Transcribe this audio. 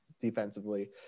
defensively